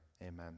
Amen